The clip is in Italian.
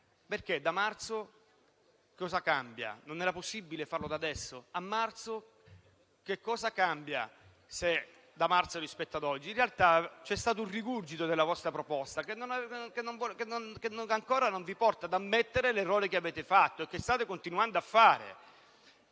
Perché, da marzo cosa cambia? Non era possibile farlo da adesso? Cosa cambia da marzo rispetto ad oggi? In realtà c'è stato un rigurgito della vostra proposta, che ancora non vi porta ad ammettere l'errore che avete fatto e che state continuando a fare.